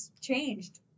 changed